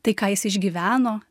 tai ką jis išgyveno